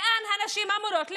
לאן הנשים אמורות לפנות?